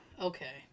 Okay